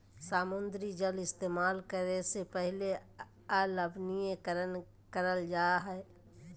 समुद्री जल इस्तेमाल करे से पहले अलवणीकरण करल जा हय